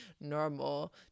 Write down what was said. normal